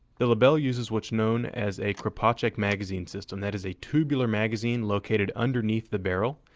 the lebel uses what's known as a kropatschek magazine system. that is a tubular magazine located underneath the barrel.